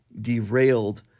derailed